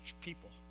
people